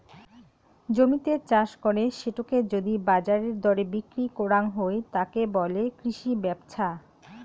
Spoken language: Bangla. জমিতে চাষ করে সেটোকে যদি বাজারের দরে বিক্রি করাং হই, তাকে বলে কৃষি ব্যপছা